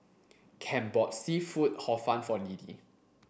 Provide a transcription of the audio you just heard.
Kem bought seafood hor fun for Liddie